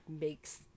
makes